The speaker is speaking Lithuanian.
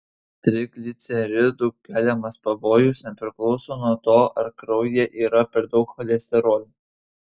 trigliceridų keliamas pavojus nepriklauso nuo to ar kraujyje yra per daug cholesterolio